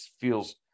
feels